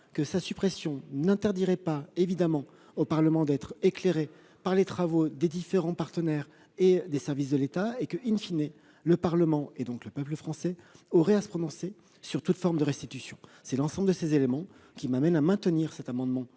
que sa suppression n'interdirait évidemment pas au Parlement d'être éclairé par les travaux des différents acteurs et des services de l'État, sachant que,, le Parlement, et donc le peuple français, aurait à se prononcer sur toute forme de restitution. L'ensemble de ces éléments m'amènent à maintenir cet amendement,